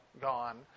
gone